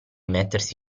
mettersi